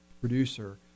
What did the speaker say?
producer